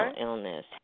illness